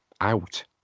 out